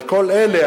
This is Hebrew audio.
על כל אלה,